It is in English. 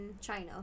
China